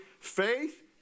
Faith